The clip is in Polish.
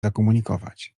zakomunikować